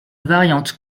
variante